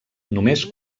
només